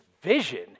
vision